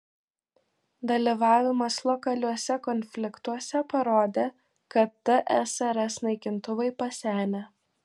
dalyvavimas lokaliuose konfliktuose parodė kad tsrs naikintuvai pasenę